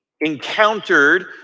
encountered